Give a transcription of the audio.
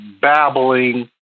babbling